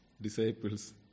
disciples